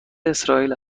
اسرائیل